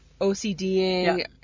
OCDing